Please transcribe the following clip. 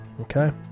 Okay